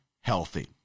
healthy